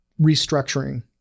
restructuring